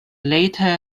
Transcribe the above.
later